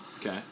Okay